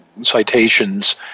Citations